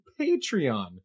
Patreon